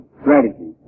strategy